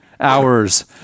hours